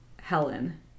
helen